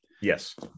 yes